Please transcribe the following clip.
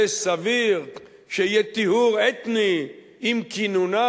זה סביר שיהיה טיהור אתני עם כינונה?